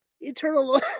eternal